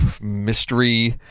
mystery